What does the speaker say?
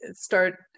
start